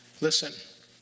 Listen